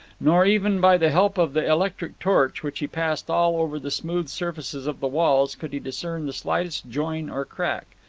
nor, even by the help of the electric torch which he passed all over the smooth surfaces of the walls could he discern the slightest join or crack.